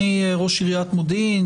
במימון, בנושא מימון.